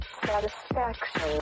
satisfaction